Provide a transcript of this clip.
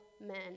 men